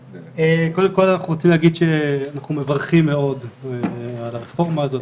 קודם כל אנחנו רוצים להגיד שאנחנו מברכים מאוד על הרפורמה הזאת,